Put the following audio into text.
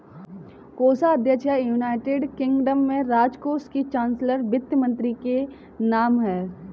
कोषाध्यक्ष या, United Kingdom में, राजकोष के चांसलर वित्त मंत्री के नाम है